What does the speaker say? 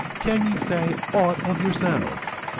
can ye say aught of yourselves?